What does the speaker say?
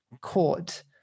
court